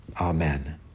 Amen